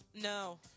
No